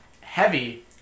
heavy